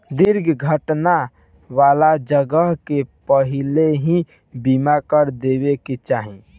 दुर्घटना वाला जगह के पहिलही बीमा कर देवे के चाही